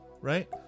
Right